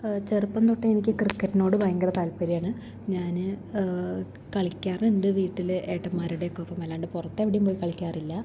ചെറുപ്പം തൊട്ട് എനിക്ക് ക്രിക്കറ്റിനോട് ഭയങ്കര താല്പര്യമാണ് ഞാൻ കളിക്കാറുണ്ട് വീട്ടിൽ ഏട്ടന്മാരുടെയൊക്കെ ഒപ്പം അല്ലാതെ പുറത്ത് എവിടേയും പോയി കളിക്കാറില്ല